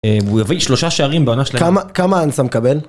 הוא הביא שלושה שערים בעונה שלמה. כמה אנסה מקבל?